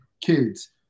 kids